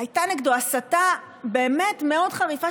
הייתה נגדו הסתה מאוד חריפה,